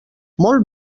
molt